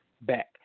back